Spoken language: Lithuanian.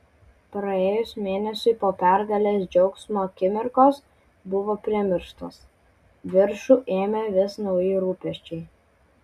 praėjus mėnesiui po pergalės džiaugsmo akimirkos buvo primirštos viršų ėmė vis nauji rūpesčiai